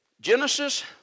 Genesis